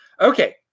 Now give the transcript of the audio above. Okay